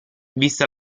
vista